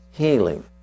Healing